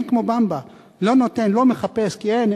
אין כמו 'במבה' / לא נותן לא מחפש / כי אין,